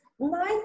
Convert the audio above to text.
nine